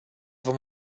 vom